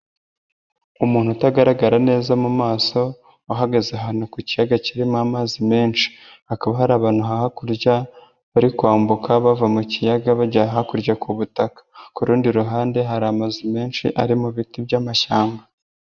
Umuntu utagaragara neza mu maso uhagaze ahantu ku kiyaga kirimo amazi menshi hakaba hari abantu hakurya bari kwambuka bava mu kiyaga bajya hakurya ku butaka, ku rundi ruhande hari amazu menshi ari mu biti by'amashyamba.